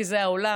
כי זה העולם,